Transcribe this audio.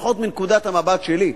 לפחות מנקודת המבט שלי.